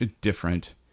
different